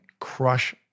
crush